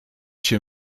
się